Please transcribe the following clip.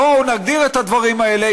בואו נגדיר את הדברים האלה.